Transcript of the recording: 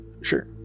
Sure